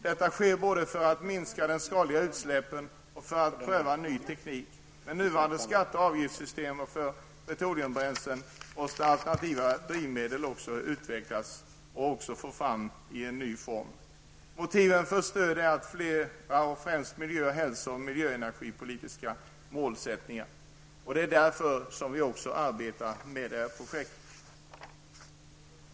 Detta sker både för att minska de skadliga utsläppen och för att pröva ny teknik. Det nuvarande skatte och avgiftssystemet för petroleumbränlsen gör att alternativa drivmedel måste utvecklas. Motiven för stöd är flera, främst miljö-, hälso och energipolitiska målsättningar. Det är därför som vi arbetar med projektet.